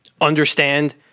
understand